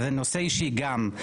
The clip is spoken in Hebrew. וזה נושא אישי גם,